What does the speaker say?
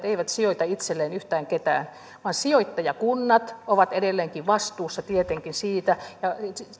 eivät sijoita itselleen yhtään ketään vaan sijoittajakunnat ovat edelleenkin vastuussa tietenkin siitä